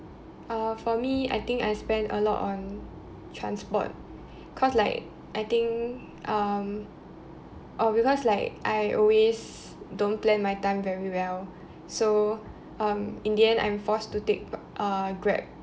uh for me I think I spend a lot on transport cause like I think um oh because like I always don't plan my time very well so um in the end I'm forced to take uh grab